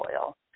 oil